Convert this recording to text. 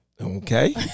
Okay